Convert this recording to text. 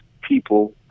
people